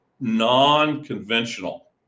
non-conventional